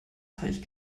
teich